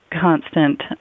constant